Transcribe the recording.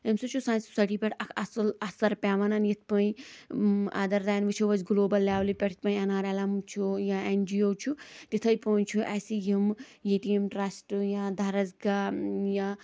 امہِ سۭتۍ چھُ سانہِ سوسایٹی پیٹھ اکھ اصل اثر پٮ۪وانن یتھۍ پٲنۍ ادردین وٕچھو أسۍ گُلوبل لیولہِ پیٹھ این آر ایل ایم چھُ یا این جی او چھُ تِتھی پٲنۍ چھُ اسہِ یِم یتیٖم ٹرسٹ یا درسگاہ یا